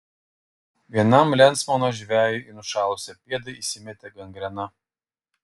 vienam lensmano žvejui į nušalusią pėdą įsimetė gangrena